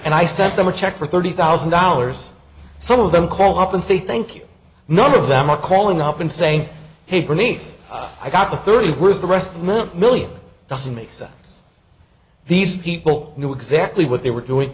and i sent them a check for thirty thousand dollars some of them call up and say thank you none of them are calling up and saying hey bernice i got a thirty where's the rest meant million doesn't make sense these people knew exactly what they were doing